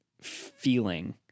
feeling